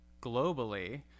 globally